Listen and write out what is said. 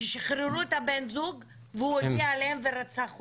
ששחררו את הבן זוג והוא הגיע אליהן ורצח אותן.